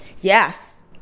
Yes